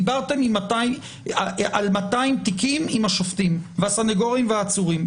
דיברתם על 200 תיקים עם השופטים והסנגורים והעצורים.